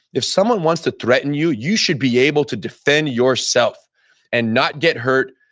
if someone wants to threaten you, you should be able to defend yourself and not get hurt.